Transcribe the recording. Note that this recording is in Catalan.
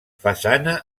façana